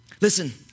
Listen